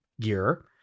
gear